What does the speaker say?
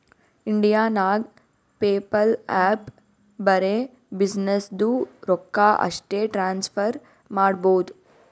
India ನಾಗ್ PayPal app ಬರೆ ಬಿಸಿನ್ನೆಸ್ದು ರೊಕ್ಕಾ ಅಷ್ಟೇ ಟ್ರಾನ್ಸಫರ್ ಮಾಡಬೋದು